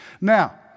Now